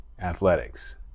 athletics